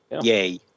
yay